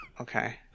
okay